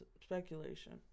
speculation